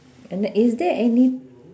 and th~ is there any